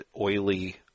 oily